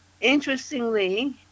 interestingly